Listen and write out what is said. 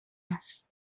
است